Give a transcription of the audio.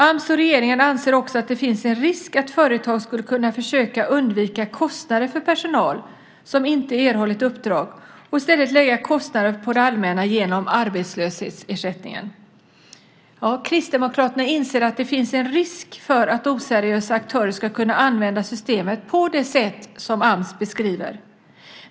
Ams och regeringen anser också att det finns en risk att företag skulle försöka undvika kostnader för personal som inte erhållit uppdrag och i stället lägga kostnaden på det allmänna genom arbetslöshetsersättningen. Kristdemokraterna inser att det finns en risk för att oseriösa aktörer skulle kunna använda systemet på det sätt som Ams beskriver.